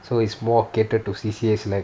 so it's more catered to C_C_As like